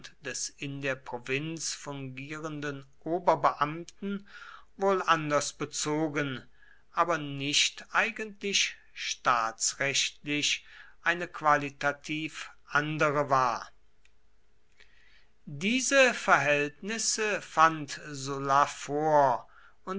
des in der provinz fungierenden oberbeamten wohl anders bezogen aber nicht eigentlich staatsrechtlich eine qualitativ andere war diese verhältnisse fand sulla vor